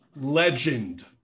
Legend